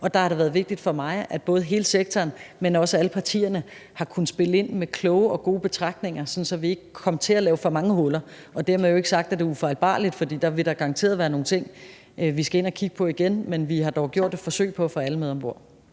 Der har det været vigtigt for mig, at både hele sektoren, men også alle partierne har kunnet spille ind med kloge og gode betragtninger, sådan at vi ikke kom til at lave for mange huller. Dermed er det jo ikke sagt, at det er ufejlbarligt, for der vil da garanteret være nogle ting, som vi skal ind at kigge på igen, men vi har dog gjort et forsøg på at få alle med om bord.